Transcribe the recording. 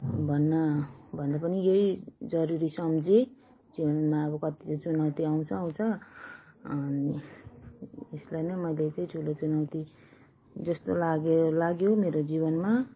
भन्न भन्दा पनि यही जरुरी सम्झेँ जीवनमा अब कतिको चुनौती आउँछ आउँछ अनि यसलाई नै मैले चाहिँ ठुलो चुनौती जस्तो लाग्यो लाग्यो मेरो जीवनमा